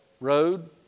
road